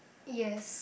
yes